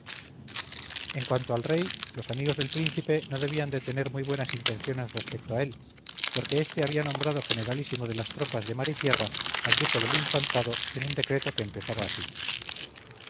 en cuanto al rey los amigos del príncipe no debían de tener muy buenas intenciones respecto a él porque éste había nombrado generalísimo de las tropas de mar y tierra al duque del infantado en un decreto que empezaba así